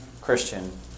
Christian